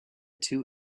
two